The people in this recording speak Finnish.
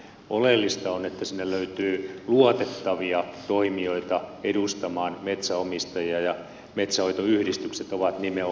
oleellista on että sinne löytyy luotettavia toimijoita edustamaan metsänomistajia ja metsänhoitoyhdistykset ovat nimenomaan niitä